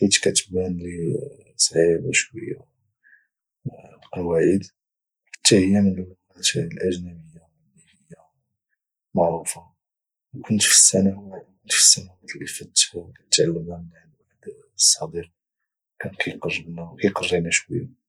حيث كاتبان لي صعيبه شويه القواعد وحتى هي من اللغات الاجنبيه اللي هي معروفه وكنت في السنوات اللي فاتت يعني كنتعلمها من عند واحد الصديق كان كيقرينا شوية